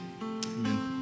Amen